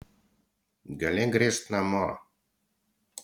gali grįžt namo